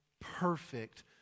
perfect